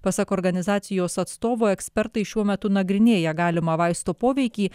pasak organizacijos atstovų ekspertai šiuo metu nagrinėja galimą vaisto poveikį